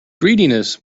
greediness